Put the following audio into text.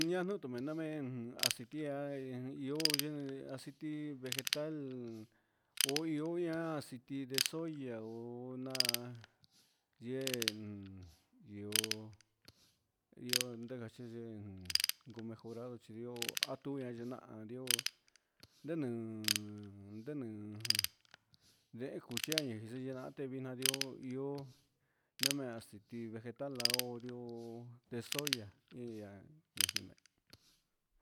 Ya tu un mee namee asitia ia yu yɨɨ asi vii vegetal oi oi ya siqui nde soya oh na yee ndioo jun yee gumejoral a tu yee nahan ndioo nde neen nde nee ndehe juchia te vi na ndioo io neme chi vegetal ao ndio nde soya ia